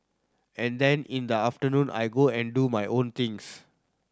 and then in the afternoon I go and do my own things